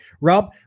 Rob